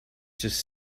just